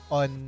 on